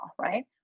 right